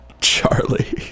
Charlie